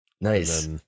Nice